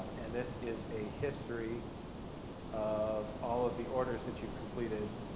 um and this is a history of all of the orders that you've completed.